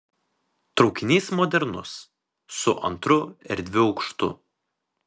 traukinys modernus su antru erdviu aukštu